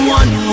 one